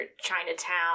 Chinatown